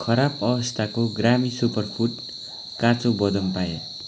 खराब अवस्थाको ग्रामी सुपरफुड काँचो बदम पाएँ